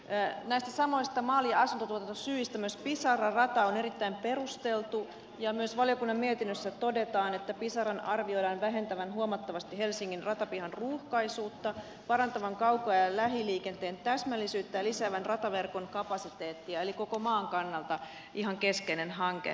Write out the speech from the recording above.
näistä samoista mal ja asuntotuotantosyistä myös pisara rata on erittäin perusteltu ja myös valiokunnan mietinnössä todetaan että pisaran arvioidaan vähentävän huomattavasti helsingin ratapihan ruuhkaisuutta parantavan kauko ja lähiliikenteen täsmällisyyttä ja lisäävän rataverkon kapasiteettiä eli se on koko maan kannalta ihan keskeinen hanke